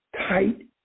tight